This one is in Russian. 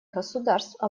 государств